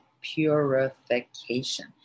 purification